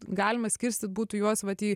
galima skirstyt būtų juos vat į